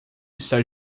está